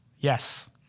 Yes